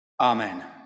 Amen